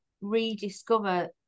rediscover